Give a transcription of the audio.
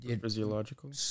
Physiological